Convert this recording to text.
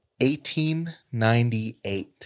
1898